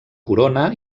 corona